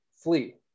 flee